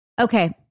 Okay